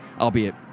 albeit